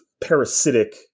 parasitic –